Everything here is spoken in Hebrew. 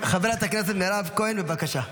חברת הכנסת מירב כהן, בבקשה.